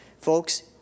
Folks